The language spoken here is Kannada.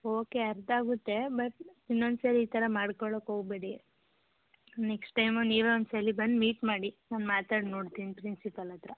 ಓಕೆ ಅರ್ಥಾಗುತ್ತೆ ಬಟ್ ಇನ್ನೊಂದು ಸಲ ಈ ಥರ ಮಾಡ್ಕೊಳೋಕ್ಕೆ ಹೋಗ್ಬೇಡಿ ನೆಕ್ಸ್ಟ್ ಟೈಮು ನೀವೇ ಒಂದು ಸಲ ಬಂದು ಮೀಟ್ ಮಾಡಿ ನಾನು ಮಾತಾಡಿ ನೋಡ್ತೀನಿ ಪ್ರಿನ್ಸಿಪಾಲ್ ಹತ್ತಿರ